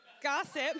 Gossip